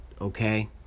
okay